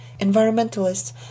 environmentalists